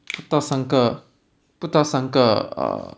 不到三个不到三个 uh